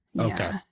Okay